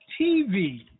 TV